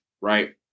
right